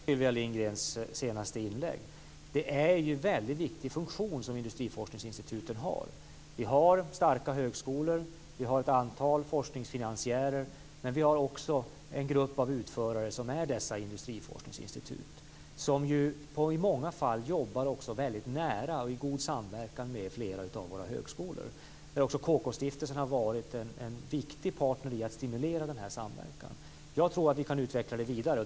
Fru talman! Jag delar helt Sylvia Lindgrens uppfattning i hennes senaste inlägg. Industriforskningsinstituten har en viktig funktion. Vi har starka högskolor. Vi har ett antal forskningsfinansiärer, men vi har också en grupp av utförare som är dessa industriforskningsinstitut. I många fall jobbar de nära och i god samverkan med flera av våra högskolor. KK stiftelsen har varit en viktig part i att stimulera denna samverkan. Jag tror att vi kan utveckla det vidare.